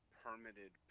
permitted